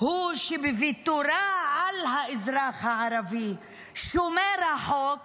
הוא שבוויתורה על האזרח הערבי שומר החוק